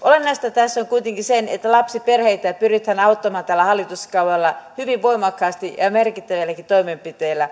olennaista tässä on kuitenkin se että lapsiperheitä pyritään auttamaan tällä hallituskaudella hyvin voimakkaasti ja merkittävilläkin toimenpiteillä